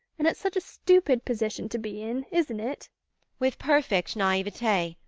and it's such a stupid position to be in, isn't it with perfect naivete,